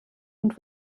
und